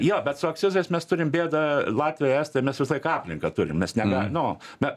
jo bet su akcizais mes turim bėdą latviai estai mes visą laiką aplinką turim mes nebe nu na